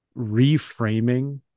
reframing